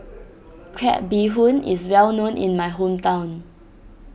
Crab Bee Hoon is well known in my hometown